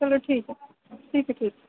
चलो ठीक ऐ ठीक ऐ ठीक